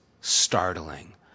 startling